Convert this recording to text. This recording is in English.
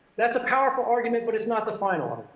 that's a powerful argument, but it's not the final um